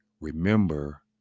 remember